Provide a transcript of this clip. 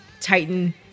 titan